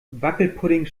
wackelpudding